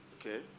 Okay